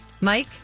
Mike